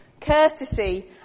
courtesy